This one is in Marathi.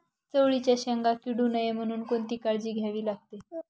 चवळीच्या शेंगा किडू नये म्हणून कोणती काळजी घ्यावी लागते?